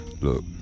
Look